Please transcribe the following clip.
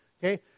okay